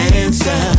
answer